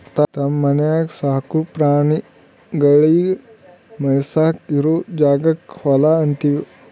ತಮ್ಮ ಮನ್ಯಾಗ್ ಸಾಕೋ ಪ್ರಾಣಿಗಳಿಗ್ ಮೇಯಿಸಾಕ್ ಇರೋ ಜಾಗಕ್ಕ್ ಹೊಲಾ ಅಂತೀವಿ